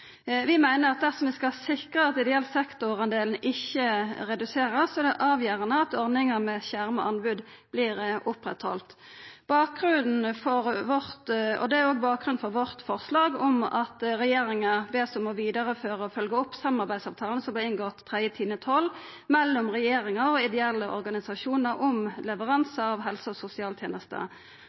Vi meiner at dersom ein skal sikra at ideell sektor-delen ikkje vert redusert, er det avgjerande at ordninga med skjerma anbod vert oppretthalden. Det er òg bakgrunnen for forslaga våre der regjeringa vert bedt om å vidareføra og følgja opp samarbeidsavtalen som vart inngått 3. oktober 2012 mellom regjeringa og ideelle organisasjonar om leveransar av helse- og sosialtenester,